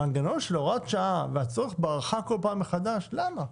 המנגנון של הוראת שעה והצורך בהארכה כל פעם מחדש למה?